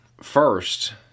First